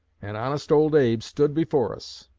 and honest old abe stood before us.